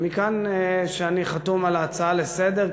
ומכאן שאני חתום על ההצעה לסדר-היום,